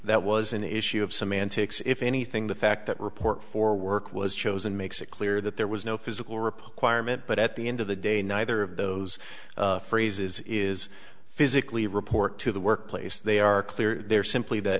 that was an issue of semantics if anything the fact that report for work was chosen makes it clear that there was no physical rip acquirement but at the end of the day neither of those phrases is physically report to the workplace they are clear they're simply that